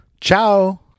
Ciao